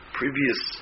previous